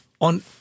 on